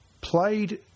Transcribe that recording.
played